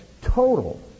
total